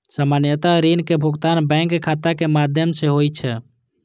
सामान्यतः ऋण के भुगतान बैंक खाता के माध्यम सं होइ छै